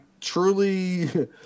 truly